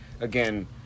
Again